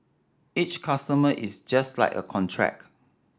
each customer is just like a contract